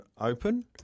Open